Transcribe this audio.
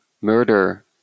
murder